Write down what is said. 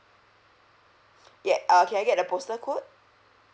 yeah uh can I get the postal code